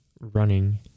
running